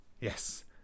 Yes